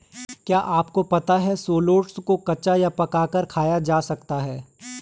क्या आपको पता है शलोट्स को कच्चा या पकाकर खाया जा सकता है?